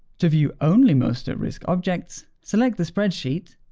to view only most-at-risk objects, select the spreadsheet,